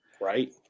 right